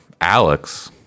Alex